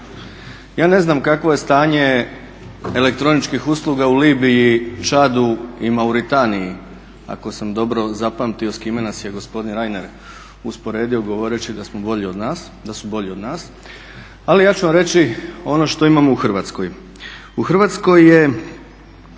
Ja ne znam kakvo je stanje elektroničkih usluga u Libiji, Čadu i u Mauritaniji ako sam dobro zapamtio s kime nas je gospodin Reiner usporedio govoreći da su bolji od nas, ali ja ću vam reći ono što imamo u Hrvatskoj. U Hrvatskoj je